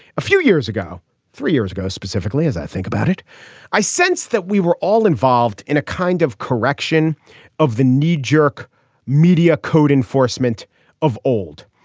a few years ago three years ago specifically as i think about it i sense that we were all involved in a kind of correction of the knee jerk media code enforcement of old.